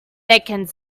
nicking